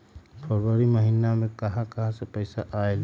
फरवरी महिना मे कहा कहा से पैसा आएल?